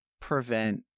prevent